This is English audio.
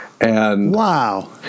Wow